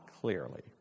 clearly